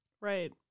Right